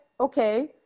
okay